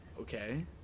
Okay